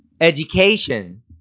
education